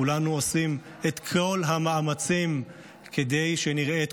שכולנו עושים את כל המאמצים כדי שנראה את